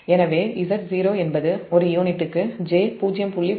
எனவேZ0 என்பது ஒரு யூனிட்டுக்கு j0